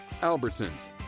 Albertsons